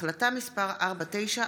החלטה מס' 4946,